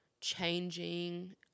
changing